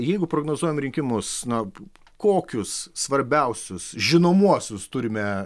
jeigu prognozuojam rinkimus na kokius svarbiausius žinomuosius turime